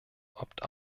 opt